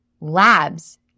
labs